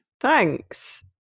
thanks